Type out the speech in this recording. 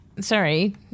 sorry